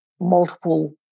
multiple